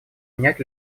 менять